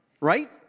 right